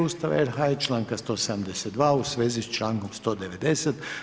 Ustava RH i članka 172. u svezi s člankom 190.